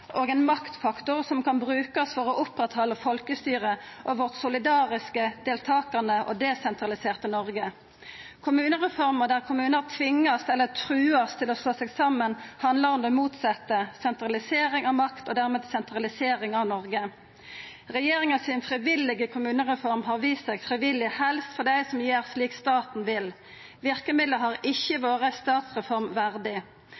og ein maktfaktor som kan brukast for å halda oppe folkestyret og vårt solidariske, deltakande og desentraliserte Noreg. Kommunereforma, der kommunar vert tvinga, eller trua, til å slå seg saman, handlar om det motsette, om sentralisering av makt og dermed sentralisering av Noreg. Regjeringa si frivillige kommunereform har vist seg frivillig helst for dei som gjer som staten vil. Verkemidla har ikkje vore ei statsreform verdig.